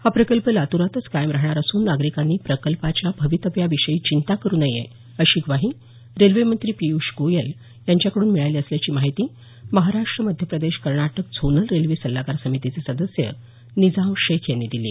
हा प्रकल्प लातूरातच कायम राहणार असून नागरिकांनी प्रकल्पाच्या भवितव्याविषयी चिंता करू नये अशी ग्वाही रेल्वेमंत्री पीय्ष गोयल यांच्याकड्रन मिळाली असल्याची माहिती महाराष्ट्र मध्यप्रदेश कर्नाटक झोनल रेल्वे सल्लागार समितीचे सदस्य निजाम शेख यांनी दिली